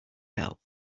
health